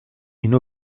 une